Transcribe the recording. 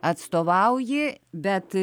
atstovauji bet